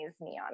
neon